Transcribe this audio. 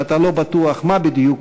כשאתה לא בטוח מה בדיוק